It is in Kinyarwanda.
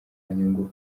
nyungu